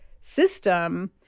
system